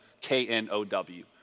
K-N-O-W